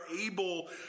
able